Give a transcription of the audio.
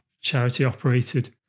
charity-operated